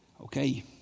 okay